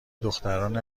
دختران